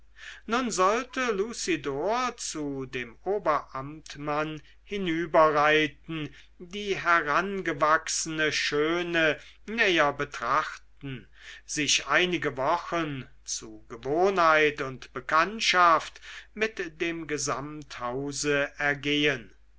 nun sollte lucidor zu dem oberamtmann hinüberreiten die herangewachsene schöne näher betrachten sich einige wochen zu gewohnheit und bekanntschaft mit dem gesamthause ergehen